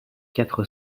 quatre